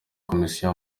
komisiyo